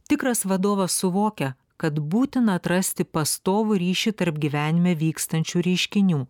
tikras vadovas suvokia kad būtina atrasti pastovų ryšį tarp gyvenime vykstančių reiškinių